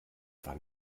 wann